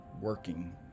working